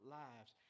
lives